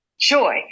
joy